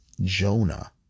Jonah